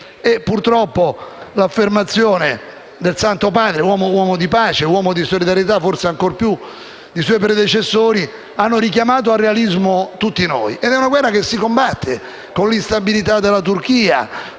Purtroppo, l'affermazione del Santo Padre, uomo di pace e di solidarietà forse ancor più dei suoi predecessori, ha richiamato al realismo tutti noi. È una guerra che si combatte con l'instabilità della Turchia,